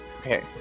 Okay